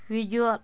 visual